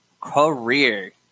career